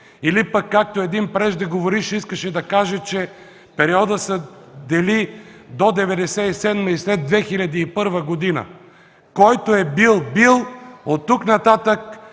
или пък, както един преждеговоривш искаше да каже, че периодът се дели до 1997 г. и след 2001 г. и който е бил – бил, оттук нататък